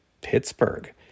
Pittsburgh